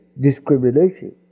discrimination